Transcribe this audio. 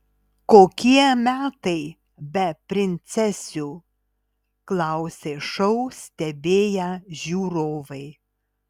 kokie metai be princesių klausė šou stebėję žiūrovai